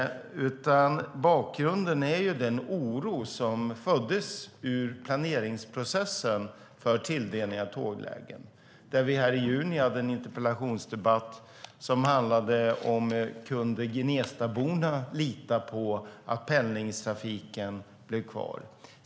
Bakgrunden är den oro som föddes ur planeringsprocessen för tilldelning av tåglägen. I juni hade vi en interpellationsdebatt om Gnestaborna kunde lita på att pendlingstrafiken skulle bli kvar.